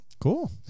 Cool